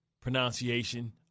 pronunciation